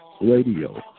radio